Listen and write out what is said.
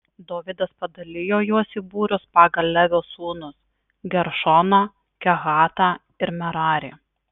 dovydas padalijo juos į būrius pagal levio sūnus geršoną kehatą ir merarį